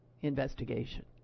investigation